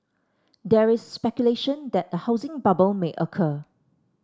there is speculation that a housing bubble may occur